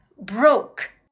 broke